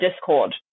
discord